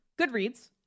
goodreads